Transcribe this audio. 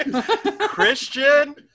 Christian